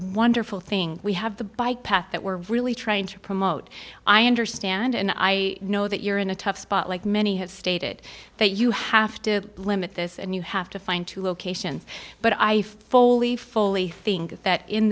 wonderful thing we have the bike path that we're really trying to promote i understand and i know that you're in a tough spot like many have stated that you have to limit this and you have to find two locations but i fully fully think that in